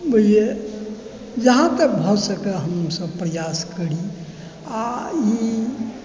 जहाँ तक भऽ सकै हमसभ प्रयास करी आओर ई